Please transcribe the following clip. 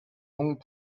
donc